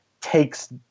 takes